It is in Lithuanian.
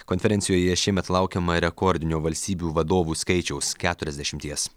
konferencijoje šiemet laukiama rekordinio valstybių vadovų skaičiaus keturiasdešimties